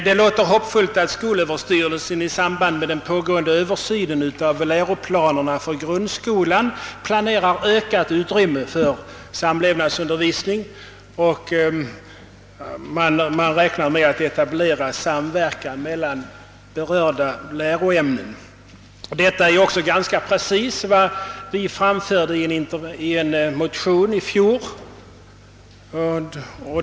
Det låter hoppfullt att skolöverstyrelsen i samband med den pågående översynen av läroplanerna för grundskolan planerar ökat utrymme för samlevnadsundervisning och att man räknar med att etablera samverkan mellan berörda läroämnen. Detta är också nästan precis vad vi framförde i en motion i fjol.